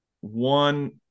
one